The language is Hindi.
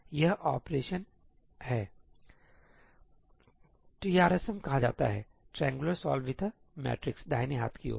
यह ऑपरेशन है कहा जाता है को TRSM कहा जाता है दाहिने हाथ की ओर